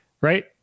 Right